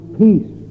peace